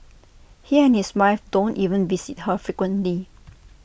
he and his wife don't even visit her frequently